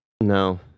No